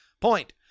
Point